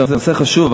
זה נושא חשוב,